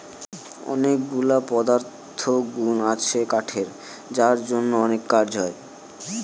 অনেকগুলা পদার্থগুন আছে কাঠের যার জন্য অনেক কাজ হয়